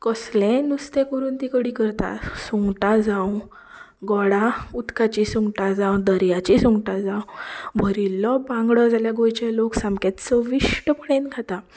कसलेंय नुस्तें करून ती कडी करता सुंगटा जावं गोडा उदकाचीं सुगटां जावं दर्याचीं सुंगटा जावं भरिल्लो बांगडो जाल्यार गोंयचे लोक सामके चविश्टपणीन खाता